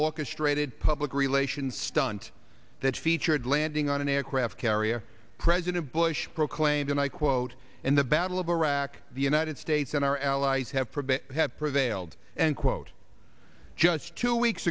orchestrated public relations stunt that featured landing on an aircraft carrier president bush proclaimed and i quote in the battle of iraq the united states and our allies have prevailed have prevailed and quote just two weeks